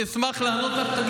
אני אשמח לענות לך.